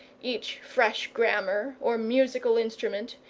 each fresh grammar or musical instrument,